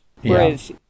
whereas